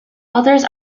others